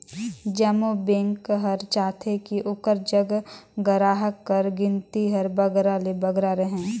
जम्मो बेंक हर चाहथे कि ओकर जग गराहक कर गिनती हर बगरा ले बगरा रहें